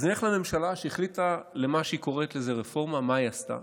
אז ממשלה שהחליטה על מה שהיא קוראת לו "רפורמה" מה היא עשתה?